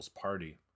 party